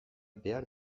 behar